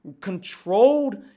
controlled